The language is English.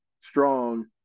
Strong